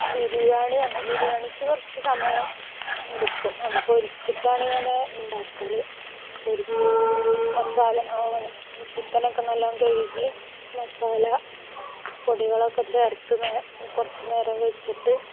ബിരിയാണിയാണ് ബിരിയാണിക്ക് കുറച്ച് സമയം എടുക്കും അത് പൊരിച്ചിട്ടാണ് ഞാൻ ഉണ്ടാക്കൽ പൊരിക്ക് മസാല പിന്നെ ചിക്കൻ ഒക്കെ നല്ലോണം കഴുകി മസാല പൊടികളൊക്കെ ചേർത്ത് നെ കുറച്ചുനേരം വെച്ചിട്ട്